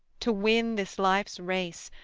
to win this life's race,